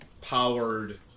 powered